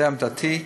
זו עמדתי.